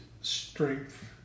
strength